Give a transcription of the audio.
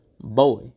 boy